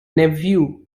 nephew